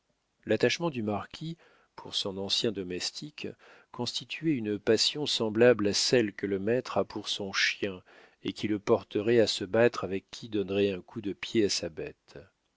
l'attachement du marquis pour son ancien domestique constituait une passion semblable à celle que le maître a pour son chien et qui le porterait à se battre avec qui donnerait un coup de pied à sa bête